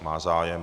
Má zájem.